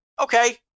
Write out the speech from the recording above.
Okay